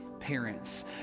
Parents